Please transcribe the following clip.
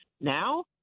Now